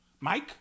Mike